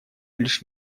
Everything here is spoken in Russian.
лишь